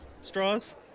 straws